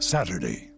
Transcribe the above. Saturday